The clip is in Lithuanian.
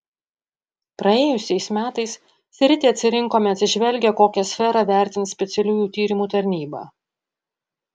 praėjusiais metais sritį atsirinkome atsižvelgę kokią sferą vertins specialiųjų tyrimų tarnyba